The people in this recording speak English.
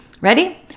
Ready